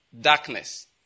Darkness